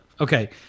okay